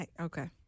Okay